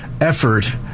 effort